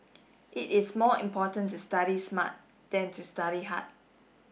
it is more important to study smart than to study hard